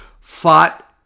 fought